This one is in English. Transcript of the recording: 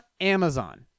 Amazon